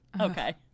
Okay